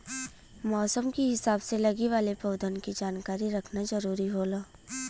मौसम के हिसाब से लगे वाले पउधन के जानकारी रखना जरुरी होला